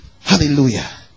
Hallelujah